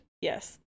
Yes